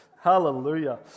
Hallelujah